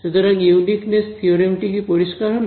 সুতরাং uniqueness theorem টি কি পরিষ্কার হল